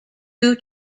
due